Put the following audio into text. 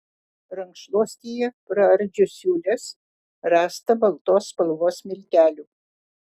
rankšluostyje praardžius siūles rasta baltos spalvos miltelių